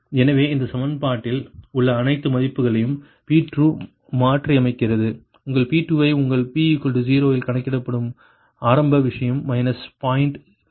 எனவே இந்தச் சமன்பாட்டில் உள்ள அனைத்து மதிப்புகளையும் P2 மாற்றியமைக்கிறது உங்கள் P2 ஐ உங்கள் p 0 இல் கணக்கிடப்படும் ஆரம்ப விஷயம் மைனஸ் பாயிண்ட் 0